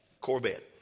Corvette